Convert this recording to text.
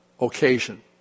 occasion